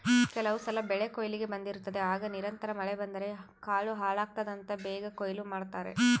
ಕೆಲವುಸಲ ಬೆಳೆಕೊಯ್ಲಿಗೆ ಬಂದಿರುತ್ತದೆ ಆಗ ನಿರಂತರ ಮಳೆ ಬಂದರೆ ಕಾಳು ಹಾಳಾಗ್ತದಂತ ಬೇಗ ಕೊಯ್ಲು ಮಾಡ್ತಾರೆ